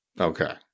okay